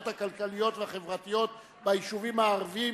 הכלכליות והחברתיות ביישובים הערביים,